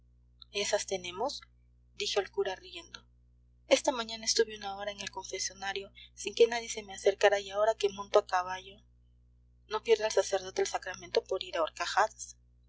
esas tenemos dijo el cura riendo esta mañana estuve una hora en el confesonario sin que nadie se me acercara y ahora que monto a caballo no pierde el sacerdote el sacramento por ir a